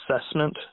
assessment